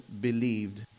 believed